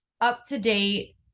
up-to-date